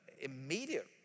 immediate